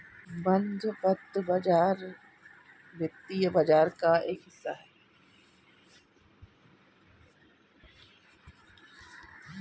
बंधपत्र बाज़ार वित्तीय बाज़ार का एक हिस्सा है